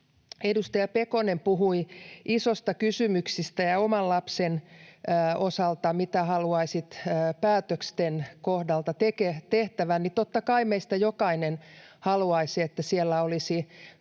Edustaja Pekonen puhui isoista kysymyksistä ja siitä, mitä haluaisit oman lapsen osalta päätösten kohdalta tehtävän. Totta kai meistä jokainen haluaisi, että siellä olisi